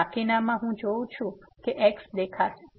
અને બાકીનામાં હું જોઉં છું કે x દેખાશે